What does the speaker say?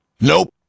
Nope